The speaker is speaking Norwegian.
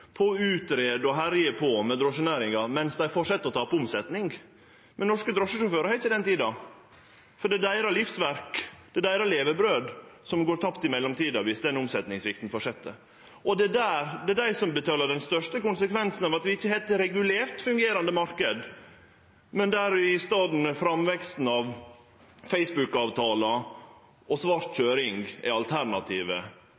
på å greie ut og herje med drosjenæringa, mens dei fortset å tape omsetning. Men norske drosjesjåførar har ikkje den tida, for det er deira livsverk, det er deira levebrød som går tapt i mellomtida dersom svikten i omsetning fortset. Det er dei som betalar for den største konsekvensen av at vi ikkje har ein regulert, fungerande marknad, der i staden framveksten av facebookavtalar og svart